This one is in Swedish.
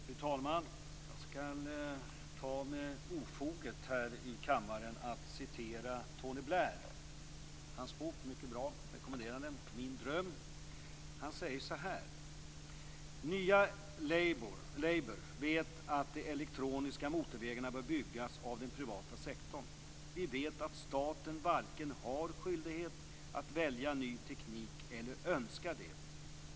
Fru talman! Jag skall tillåta mig ofoget att här i kammaren citera Tony Blair. Hans bok Min dröm är mycket bra, och jag rekommenderar den. Han säger så här: Nya Labour vet att de elektroniska motorvägarna bör byggas av den privata sektorn. Vi vet att staten varken har skyldighet att välja ny teknik eller önskar det.